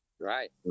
Right